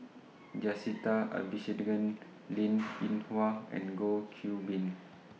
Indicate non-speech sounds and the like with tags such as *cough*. *noise* Jacintha Abisheganaden Linn *noise* in Hua and Goh Qiu Bin